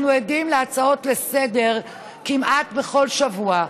אנחנו עדים להצעות לסדר-היום כמעט בכל שבוע: